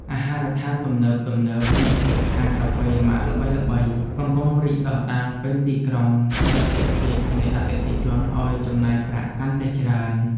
អាហារដ្ឋានទំនើបៗនិងហាងកាហ្វេម៉ាកល្បីៗកំពុងរីកដុះដាលពេញទីក្រុងដែលទាក់ទាញភ្នែកអតិថិជនឱ្យចំណាយប្រាក់កាន់តែច្រើន។